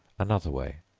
another way.